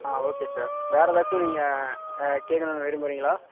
ஆ okay sir வேறு ஏதாச்சும் நீங்கள் கேட்கணும்னு விரும்புறிங்களா